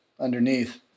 underneath